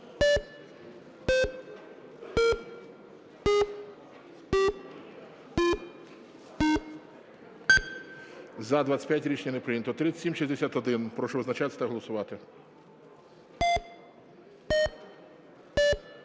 За-25 Рішення не прийнято. 3761. Прошу визначатися та голосувати.